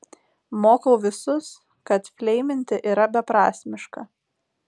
mokau visus kad fleiminti yra beprasmiška